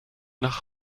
nach